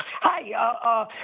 Hi